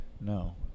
No